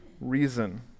reason